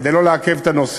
כדי לא לעכב את הנוסעים,